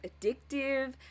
addictive